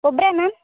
ಒಬ್ಬರೆ ಮ್ಯಾಮ್